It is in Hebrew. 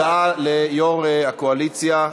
הודעה ליו"ר הקואליציה,